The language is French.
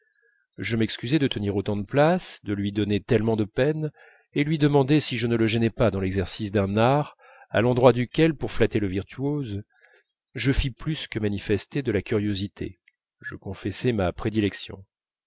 je m'excusai de tenir autant de place de lui donner tellement de peine et lui demandai si je ne le gênais pas dans l'exercice d'un art à l'endroit duquel pour flatter le virtuose je fis plus que manifester de la curiosité je confessai ma prédilection